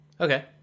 Okay